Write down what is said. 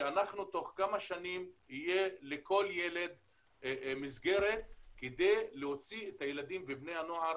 שתוך כמה שנים תהיה לכל ילד מסגרת כדי להוציא את הילדים ובני הנוער